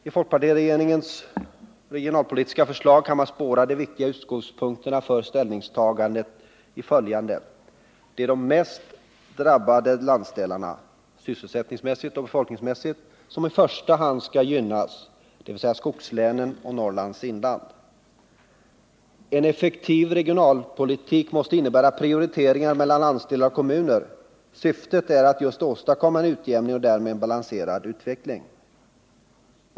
I folkpartiregeringens regionalpolitiska förslag kan man spåra följande viktiga utgångspunkter för ställningstagandet: Det är de mest drabbade landsdelarna — sysselsättningsmässigt och befolkningsmässigt — som i första hand skall gynnas, dvs. skogslänen och Norrlands inland. En effektiv regionalpolitik måste innebära prioriteringar mellan landsdelar och kommuner. Syftet är att just åstadkomma en utjämning och därmed en balanserad utveckling.